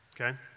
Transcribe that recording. okay